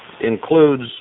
includes